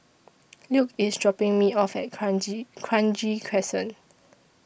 Luke IS dropping Me off At Kranji Kranji Crescent